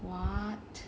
what